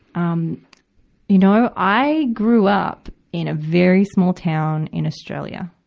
um you know, i i grew up in a very small town in australia,